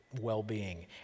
well-being